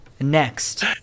Next